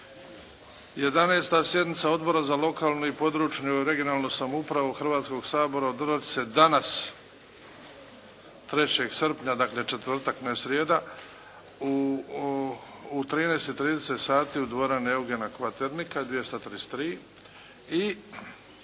11. sjednica Odbora za lokalnu i područnu, regionalnu samoupravu Hrvatskog sabora održat će se danas 3. srpnja, dakle četvrtak, ne srijeda u 13,30 sati u dvorani Eugena Kvaternika, 233.